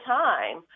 time